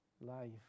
life